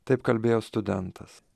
taip kalbėjo studentas